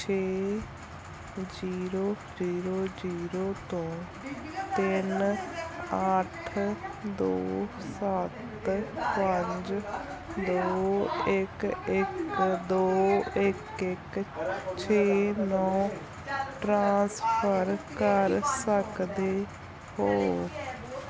ਛੇ zero zero zero ਤੋਂ ਤਿੰਨ ਅੱਠ ਦੋ ਸੱਤ ਪੰਜ ਦੋ ਇੱਕ ਇੱਕ ਦੋ ਇੱਕ ਇੱਕ ਛੇ ਨੌ ਟ੍ਰਾਂਸਫਰ ਕਰ ਸਕਦੇ ਹੋ